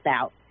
out